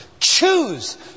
choose